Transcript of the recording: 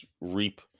reap